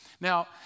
Now